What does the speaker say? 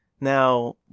Now